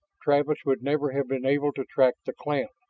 travis would never have been able to track the clan.